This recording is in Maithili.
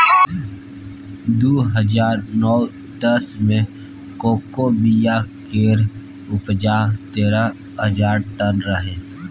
दु हजार नौ दस मे कोको बिया केर उपजा तेरह हजार टन रहै